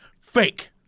fake